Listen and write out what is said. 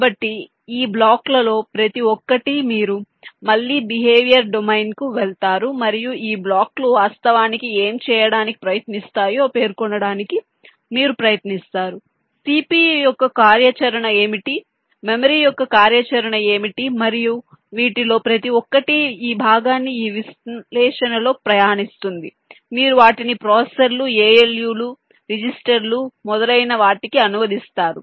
కాబట్టి ఈ బ్లాక్లలో ప్రతి ఒక్కటి మీరు మళ్ళీ బిహేవియర్ డొమైన్కు వెళతారు మరియు ఈ బ్లాక్లు వాస్తవానికి ఏమి చేయటానికి ప్రయత్నిస్తాయో పేర్కొనడానికి మీరు ప్రయత్నిస్తారు CPU యొక్క కార్యాచరణ ఏమిటి మెమరీ యొక్క కార్యాచరణ ఏమిటి మరియు వీటిలో ప్రతి ఒక్కటి ఈ భాగాన్ని ఈ సంశ్లేషణలో ప్రయాణిస్తుంది మీరు వాటిని ప్రాసెసర్లు ALU లు రిజిస్టర్లు మొదలైన వాటికి అనువదిస్తారు